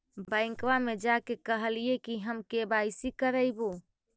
बैंकवा मे जा के कहलिऐ कि हम के.वाई.सी करईवो?